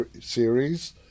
series